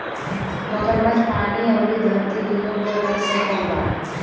मगरमच्छ पानी अउरी धरती दूनो पे रह सकत बा